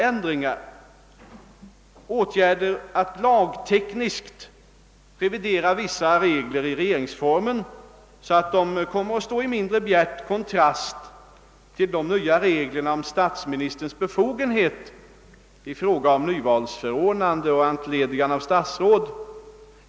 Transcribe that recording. Det gäller åtgärder att lagtekniskt revidera vissa regler i regeringsformen, så att de kommer att stå i mindre bjärt kontrast mot de nya reglerna om statsministerns befogenhet i fråga om nyvalsförordnande och entledigande av statsråd.